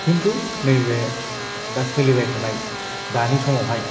किन्तु नैबे दा सोलिबाय थानाय दानि समावहाय